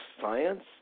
science